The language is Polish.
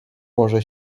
może